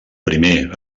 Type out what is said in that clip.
primer